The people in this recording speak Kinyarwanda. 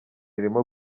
irimo